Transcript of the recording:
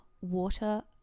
water